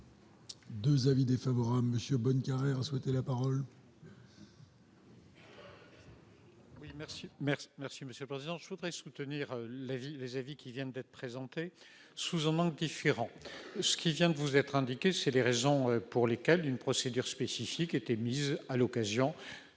2 avis défavorables Monsieur bonne carrière souhaité la parole. Merci, merci, merci Monsieur le Président, je voudrais soutenir la vie les avis qui viennent d'être présentés sous hommes indifférent, ce qui vient de vous être indiqué c'est les raisons pour lesquelles une procédure spécifique étaient mises à l'occasion